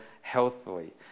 healthily